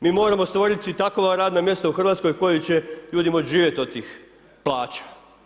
Mi moramo stvoriti takva radna mjesta u Hrvatskoj od kojih će ljudi moći živjeti od tih plaća.